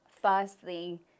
Firstly